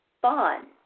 fun